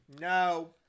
No